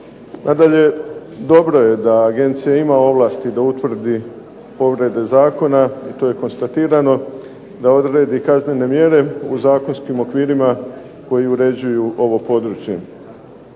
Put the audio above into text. Nadalje, dobro je da agencija ima ovlasti da utvrdi povrede zakona i to je konstatirano, da odredi kaznene mjere u zakonskim okvirima koje uređuju ovo područje.